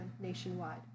nationwide